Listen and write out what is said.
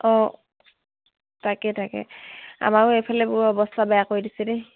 অঁ তাকে তাকে আমাৰো এইফালে বৰ অৱস্থা বেয়া কৰি দিছে দেই